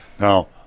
Now